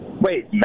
Wait